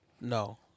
No